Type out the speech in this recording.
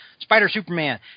Spider-Superman